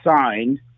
signed